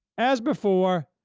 as before,